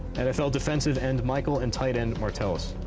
nfl defensive end michael and tight end martellus.